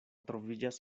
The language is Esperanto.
troviĝas